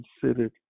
considered